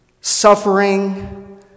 suffering